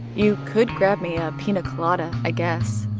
you could grab me a pina colada i guess.